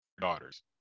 daughters